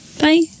Bye